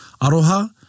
Aroha